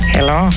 Hello